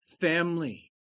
family